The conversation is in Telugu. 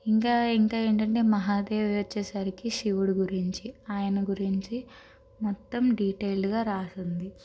ఇంకా ఇంకా ఏంటంటే మహాదేవ్ వచ్చేసరికి శివుడు గురించి ఆయన గురించి మొత్తం డీటెయిల్గా రాసి ఉంది